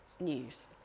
news